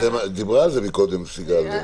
דיברה על זה קודם סיגל.